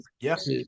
Yes